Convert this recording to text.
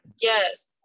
Yes